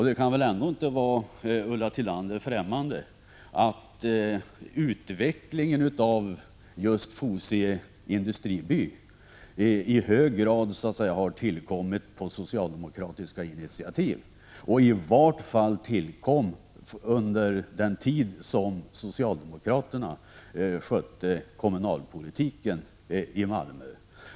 Det kan inte vara Ulla Tillander främmande att utvecklingen av just Fosie industriby i hög grad har tillkommit på socialdemokratiskt initiativ, under den tid som socialdemokraterna skötte kommunalpolitiken i Malmö.